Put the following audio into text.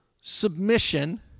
submission